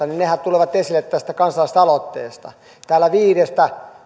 niin nehän tulevat esille tästä kansalaisaloitteesta täällä viidestä